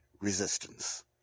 resistance